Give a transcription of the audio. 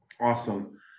Awesome